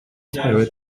tired